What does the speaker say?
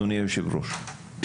אדוני היושב ראש.